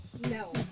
No